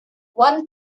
one